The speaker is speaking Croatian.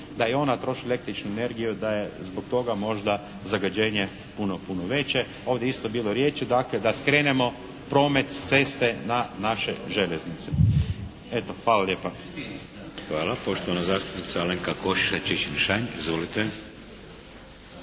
da i ona troši električnu energiju, da je zbog toga zagađenje možda puno veće. Ovdje je isto bilo riječi dakle da skrenemo promet s ceste na naše željeznice. Hvala lijepa. **Šeks, Vladimir (HDZ)** Hvala. Poštovana zastupnica Alenka Košiša Čičin-Šain. Izvolite.